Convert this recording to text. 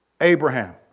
Abraham